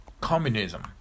communism